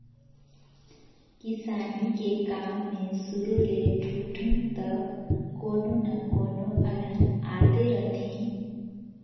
किसानी के काम मे सुरू ले ठुठुंग तक कोनो न कोनो अलहन आते रथें